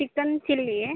chicken chilly